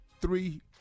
three